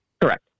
Correct